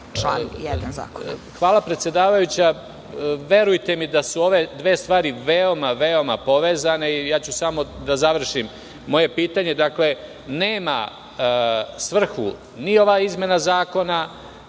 1.)Hvala, predsedavajuća. Verujte mi da su ove dve stvari veoma, veoma povezane. Samo ću da završim. Moje pitanje. Nema svrhu ni ova izmena zakona,